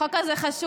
החוק הזה חשוב.